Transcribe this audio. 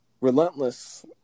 Relentless